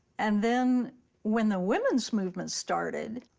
and then when the women's movement started,